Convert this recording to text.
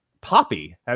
poppy